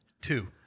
two